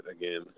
again